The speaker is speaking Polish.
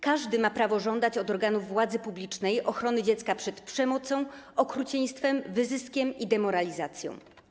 Każdy ma prawo żądać od organów władzy publicznej ochrony dziecka przed przemocą, okrucieństwem, wyzyskiem i demoralizacją.